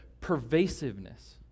pervasiveness